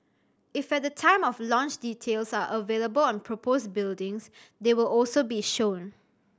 if at time of launch details are available on proposed buildings they will also be shown